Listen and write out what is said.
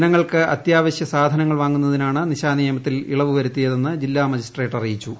ജനങ്ങൾക്ക് അത്യാവശ്യ സാധനങ്ങൾ വാങ്ങുന്നതിനാണ് നിശാനിയമത്തിൽ ഇളവ് വരുത്തിയതെന്ന് ജില്ലാ മജിസ്ട്രേറ്റ് അറിയിച്ചു